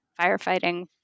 firefighting